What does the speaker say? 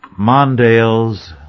Mondale's